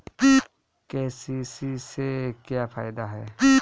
KCC से का फायदा ह?